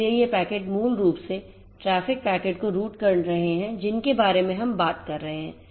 इसलिए ये पैकेट मूल रूप से ट्रैफ़िक पैकेट को रूट कर रहे हैं जिनके बारे में हम बात कर रहे हैं